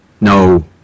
No